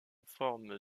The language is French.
forme